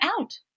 out